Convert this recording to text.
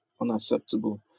unacceptable